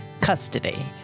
custody